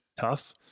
tough